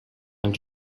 als